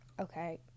okay